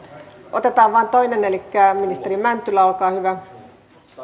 otetaan vain toinen elikkä ministeri mäntylä olkaa hyvä